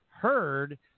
heard